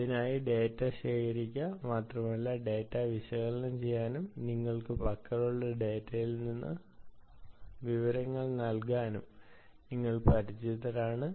അതിനാൽ ഡാറ്റ ശേഖരിക്കുക മാത്രമല്ല ഡാറ്റ വിശകലനം ചെയ്യാനും നിങ്ങളുടെ പക്കലുള്ള ഡാറ്റയിൽ നിന്ന് വിവരങ്ങൾ നൽകാനും നിങ്ങൾ പരിചിതരാണ്